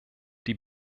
die